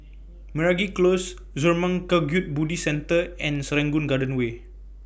Meragi Close Zurmang Kagyud Buddhist Centre and Serangoon Garden Way